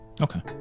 Okay